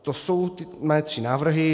To jsou mé tři návrhy.